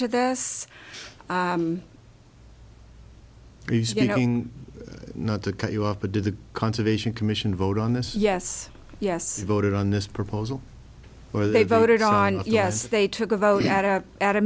to this these you know not to cut you off to do the conservation commission vote on this yes yes voted on this proposal where they voted on it yes they took a vote at a at a